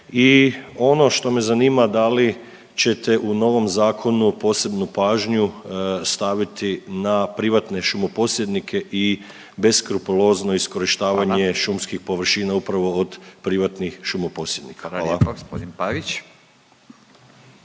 i ono što me zanima da li ćete u novom zakonu posebnu pažnju staviti na privatne šumoposjednike i beskrupulozno iskorištavanje …/Upadica Furio Radin: Hvala./… šumskih površina upravo od privatnih šumoposjednika. Hvala.